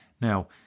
Now